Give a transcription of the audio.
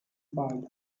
apart